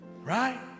Right